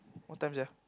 what time sia